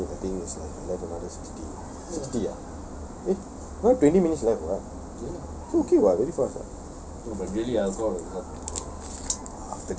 almost forty minutes I think it's like left another sixty sixty ah eh twenty minutes left right okay [what] very fast ah